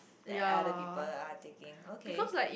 that other people are taking okay